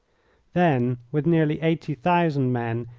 then with nearly eighty thousand men,